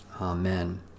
Amen